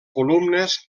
columnes